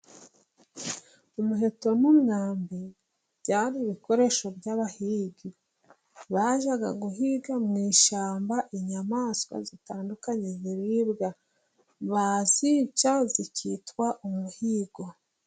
Umuheto n'umwambi byari ibikoresho by'abahigi, bajyaga guhiga mu ishyamba inyamaswa zitandukanye ziribwa bazica zikitwa umuhigo.